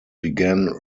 began